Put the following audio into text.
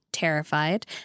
terrified